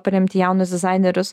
paremti jaunus dizainerius